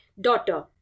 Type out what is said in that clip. daughter